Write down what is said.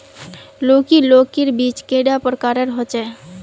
लौकी लौकीर बीज कैडा प्रकारेर होचे?